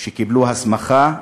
קיבלו הסמכה,